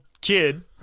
kid